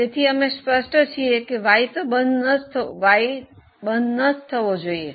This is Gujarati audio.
તેથી અમે સ્પષ્ટ છીએ કે Y બંધ ન કરવો જોઇએ